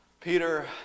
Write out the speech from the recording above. peter